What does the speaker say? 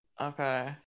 Okay